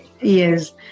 yes